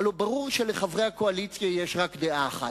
הלוא ברור שלחברי הקואליציה יש רק דעה אחת.